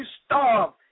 starve